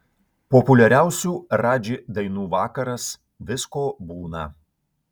populiariausių radži dainų vakaras visko būna